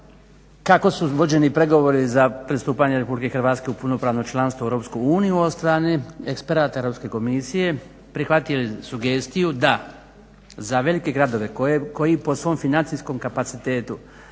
kako su vođeni pregovori za pristupanje Republike Hrvatske u punopravno članstvo u Europsku uniju od strane eksperata Europske komisije, prihvatio je sugestiju da za velike gradove koji po svom financijskom kapacitetu,